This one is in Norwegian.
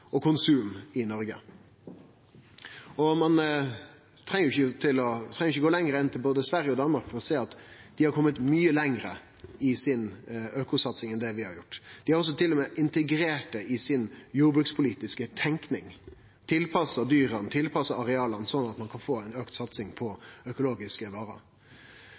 og konsum av økologiske varer i Noreg. Ein treng ikkje å gå lenger enn til Sverige eller Danmark for å sjå at dei har kome mykje lenger i si økosatsing enn det vi har gjort. Dei har også til og med integrert det i si jordbrukspolitiske tenking, tilpassa dyra, tilpassa areala, sånn at ein kan få ei auka satsing på økologiske varer.